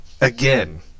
again